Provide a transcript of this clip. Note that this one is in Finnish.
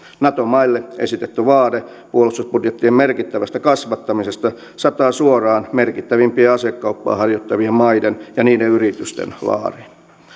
nato maille esitetty vaade puolustusbudjettien merkittävästä kasvattamisesta sataa suoraan merkittävimpien asekauppaa harjoittavien maiden ja niiden yritysten laariin